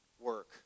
work